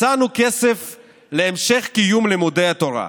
מצאנו כסף להמשך קיום לימודי התורה,